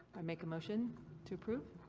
i make a motion to approve.